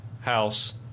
house